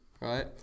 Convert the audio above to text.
right